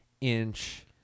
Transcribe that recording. Inch